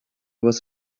was